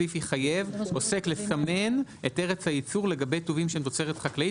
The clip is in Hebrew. הסעיף יחייב עוסק לסמן את ארץ הייצור לגבי טובין שהם תוצרת חקלאית.